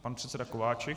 Pan předseda Kováčik.